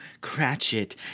Cratchit